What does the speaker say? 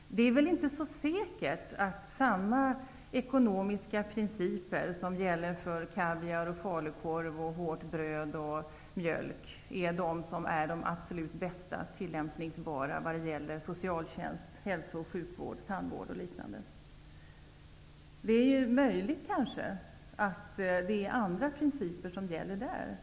Det är väl inte så säkert att samma ekonomiska principer som gäller för kaviar, falukorv, hårt bröd och mjölk är de som är mest tillämpbara för socialtjänst, hälso och sjukvård, tandvård osv. Det är möjligt att andra principer gäller där.